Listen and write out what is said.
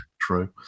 True